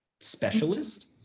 specialist